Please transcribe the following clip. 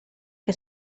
che